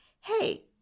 Hey